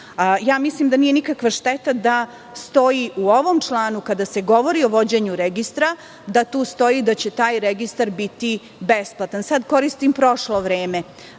mislim da nije nikakva šteta da stoji u ovom članu, kad se govori o vođenju registra, da tu stoji da će taj registar biti besplatan. Sada koristim prošlo vreme